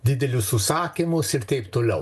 didelius užsakymus ir taip toliau